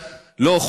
לא אנשי האקדמיה,